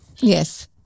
Yes